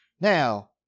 Now